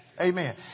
Amen